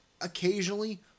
occasionally